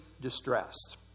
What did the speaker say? distressed